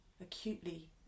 acutely